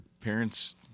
parents